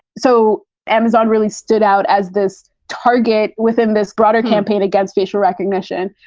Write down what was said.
so amazon really stood out as this target within this broader campaign against facial recognition.